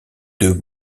deux